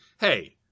Hey